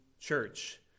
Church